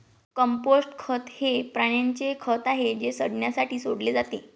compost खत हे प्राण्यांचे खत आहे जे सडण्यासाठी सोडले जाते